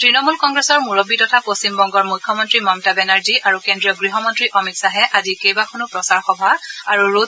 তৃণমূল কংগ্ৰেছৰ মুৰববী তথা পশ্চিমবংগৰ মুখ্যমন্ত্ৰী মমতা বেনাৰ্জী আৰু কেন্দ্ৰীয় গৃহ মন্ত্ৰী অমিত খাহেও আজি কেইবাখনো প্ৰচাৰ সভা আৰু ৰড খোত অংশগ্ৰহণ কৰে